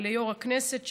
וליו"ר הכנסת,